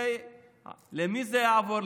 ולמי זה יעבור?